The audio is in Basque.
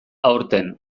aurten